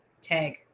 tag